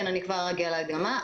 אני כבר אגיע להדגמה.